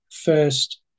first